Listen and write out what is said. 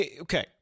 okay